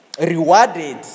rewarded